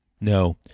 No